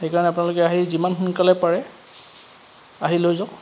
সেইকাৰণে আপোনালোকে আহি যিমান সোনকালে পাৰে আহি লৈ যাওক